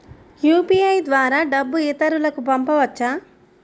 UPI ద్వారా డబ్బు ఇతరులకు పంపవచ్చ?